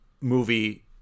movie